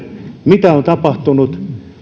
mitä on tapahtunut